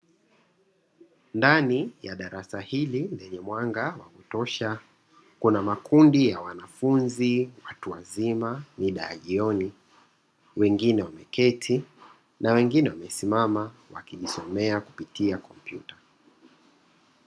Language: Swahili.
Ndani ya darasa hili lenye mwanga wa kutosha, kuna makundi ya wanafunzi watu wazima, mida ya jioni wengine wameketi na wengine wamesimama, wakijisomea kupitia kompyuta.